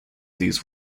these